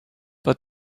but